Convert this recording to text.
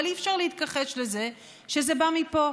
אבל אי-אפשר להתכחש לזה שזה בא מפה.